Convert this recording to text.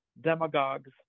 demagogues